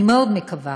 אני מאוד מקווה